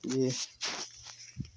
ये